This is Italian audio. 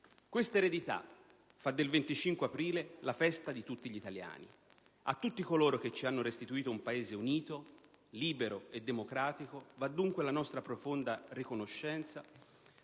Questa eredità fa del 25 aprile la festa di tutti gli italiani. A tutti coloro che ci hanno restituito un Paese unito, libero e democratico va dunque la nostra profonda riconoscenza